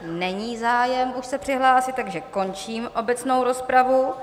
Není zájem už se přihlásit, takže končím obecnou rozpravu.